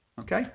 Okay